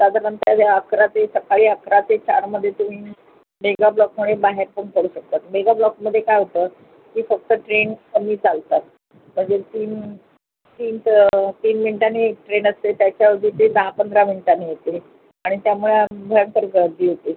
साधारणत हे अकरा ते सकाळी अकरा ते चारमध्ये तुम्ही मेगाब्लॉकमुळे बाहेर पण पडू शकतात मेगाब्लॉकमध्ये काय होतं की फक्त ट्रेन कमी चालतात म्हणजे तीन तीन मिनटांनी एक ट्रेन असते त्याच्या ऐवजी ती दहा पंधरा मिनटांनी येते आणि त्यामुळे भयंकर गर्दी होते